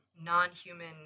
non-human